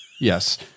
Yes